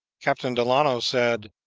captain delano said,